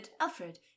Alfred